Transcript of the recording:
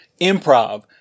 improv